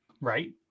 right